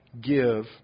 give